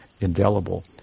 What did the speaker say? indelible